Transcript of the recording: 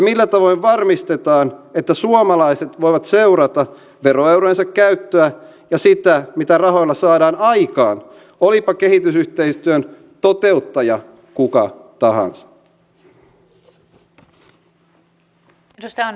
millä tavoin varmistetaan että suomalaiset voivat seurata veroeurojensa käyttöä ja sitä mitä rahoilla saadaan aikaan olipa kehitysyhteistyön toteuttaja kuka tahansa